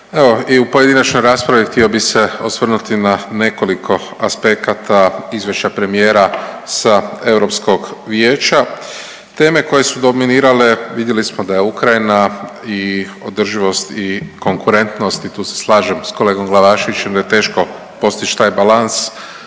Evo i u pojedinačnoj raspravi htio bi se osvrnuti na nekoliko aspekata izvješća premijera sa Europskog vijeća. Teme koje su dominirale, vidjeli smo da je Ukrajina i održivost i konkurentnost i tu se slažem s kolegom Glavaševićem da je teško postić taj balans,